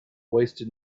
wasted